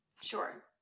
sure